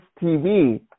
TV